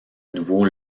nouveau